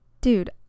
Dude